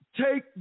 take